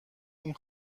این